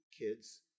kids